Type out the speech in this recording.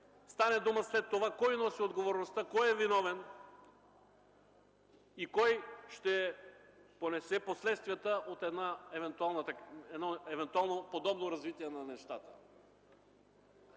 стане дума след това кой носи отговорността, кой е виновен и кой ще понесе последствията от едно подобно развитие на нещата.